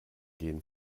gehen